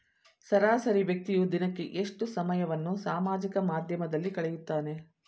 ಸರಾಸರಿ ವ್ಯಕ್ತಿಯು ದಿನಕ್ಕೆ ಎಷ್ಟು ಸಮಯವನ್ನು ಸಾಮಾಜಿಕ ಮಾಧ್ಯಮದಲ್ಲಿ ಕಳೆಯುತ್ತಾನೆ?